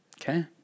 Okay